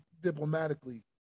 diplomatically